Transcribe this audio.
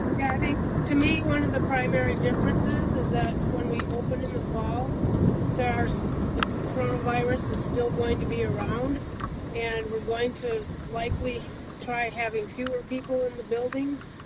yeah i think to me one of the primary differences is that when we open in the fall the coronavirus is still going to be around and we're going to likely try having fewer people in the buildings